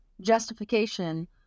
justification